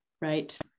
right